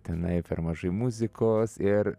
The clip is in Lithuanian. tenai per mažai muzikos ir